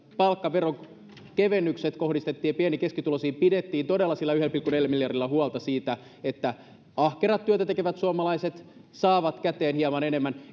palkkaveron kevennykset kohdistettiin pieni ja keskituloisiin pidettiin todella sillä yhdellä pilkku neljällä miljardilla huolta siitä että ahkerat työtä tekevät suomalaiset saavat käteen hieman enemmän